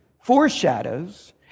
foreshadows